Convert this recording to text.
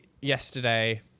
yesterday